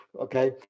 okay